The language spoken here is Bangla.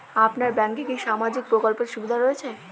আপনার ব্যাংকে কি সামাজিক প্রকল্পের সুবিধা রয়েছে?